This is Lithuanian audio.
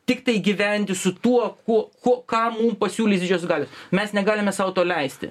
tiktai gyventi su tuo kuo ko ką mum pasiūlys didžiosios galios mes negalime sau to leisti